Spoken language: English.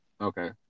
Okay